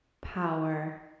power